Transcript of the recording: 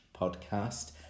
podcast